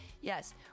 yes